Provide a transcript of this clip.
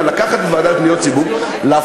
אלא לקחת את הוועדה לפניות הציבור ולהפוך